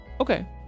Okay